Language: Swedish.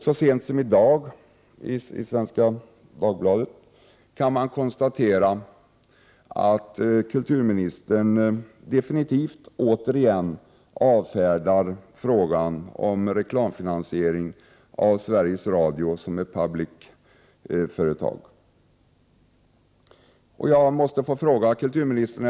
Så sent som i dag kan man läsa i Svenska Dagbladet att kulturministern återigen definitivt avfärdar frågan om reklamfinansieringen av Sveriges Radio som ett public service-företag.